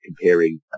comparing